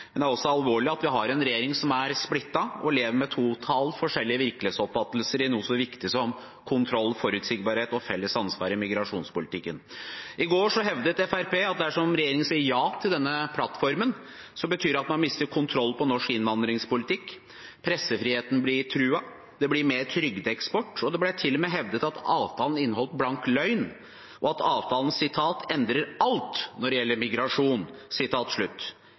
men det er også alvorlig at vi har en regjering som er splittet og lever med totalt forskjellige virkelighetsoppfattelser av noe så viktig som kontroll, forutsigbarhet og felles ansvar i migrasjonspolitikken. I går hevdet Fremskrittspartiet at dersom regjeringen sier ja til denne plattformen, betyr det at man mister kontrollen over norsk innvandringspolitikk, pressefriheten blir truet, det blir mer trygdeeksport. Det ble til og med hevdet at avtalen inneholdt blank løgn, og at avtalen «endrer alt når det gjelder migrasjon».